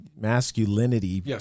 masculinity